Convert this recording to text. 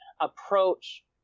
approach